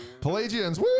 pelagians